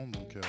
Donc